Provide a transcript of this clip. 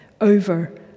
over